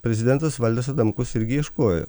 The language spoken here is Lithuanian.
prezidentas valdas adamkus irgi ieškojo